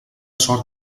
sort